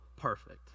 perfect